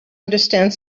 understand